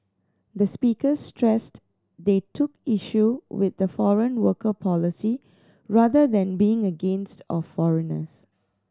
the speakers stressed they took issue with the foreign worker policy rather than being against of foreigners